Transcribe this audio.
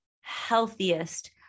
healthiest